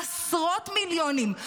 עשרות מיליונים,